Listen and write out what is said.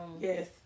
yes